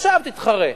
עכשיו תתחרה.